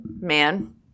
man